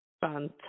Fantastic